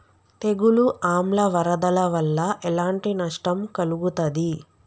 తెగులు ఆమ్ల వరదల వల్ల ఎలాంటి నష్టం కలుగుతది?